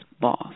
boss